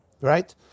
right